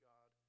God